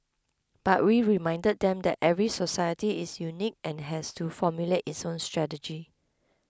but we reminded them that every society is unique and has to formulate its own strategy